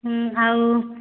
ହୁଁ ଆଉ